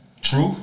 true